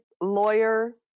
lawyer